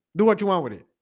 do what you want with it.